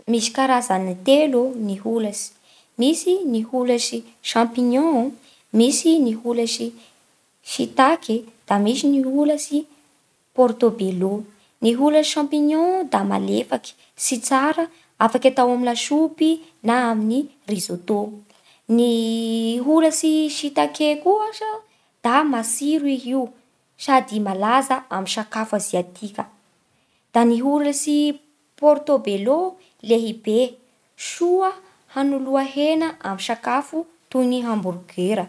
Misy karazany telo ny holatsy: misy ny holatsy champignon, misy ny holatsy shiitaky e, da misy ny holatsy pôrtôbelô. Ny holatsy champignion da malefaky sy tsara, afaky atao amin'ny lasopy na amin'ny risotto. Ny holatsy shiitakes koa aza da matsiro i io sady malaza amin'ny sakafo aziatika. Da ny holatsy pôrtôbelô lehibe soa hanoloa hena amin'ny sakafo toy ny hamborgera.